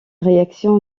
réaction